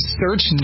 search